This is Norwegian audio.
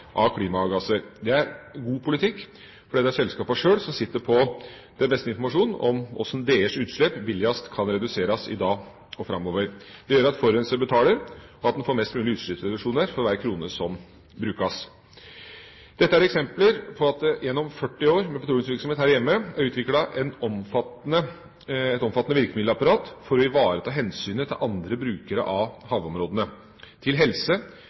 det er selskapene sjøl som sitter på den beste informasjonen om hvordan deres utslipp billigst kan reduseres i dag og framover. Det gjør at forurenser betaler og at en får mest mulig utslippsreduksjoner for hver krone som brukes. Dette er eksempler på at det gjennom 40 år med petroleumsvirksomhet her hjemme er utviklet et omfattende virkemiddelapparat for å ivareta hensynet til andre brukere av havområdene, til helse,